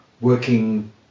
working